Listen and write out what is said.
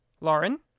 Lauren